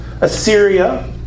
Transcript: Assyria